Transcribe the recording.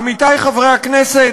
עמיתי חברי הכנסת,